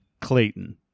Clayton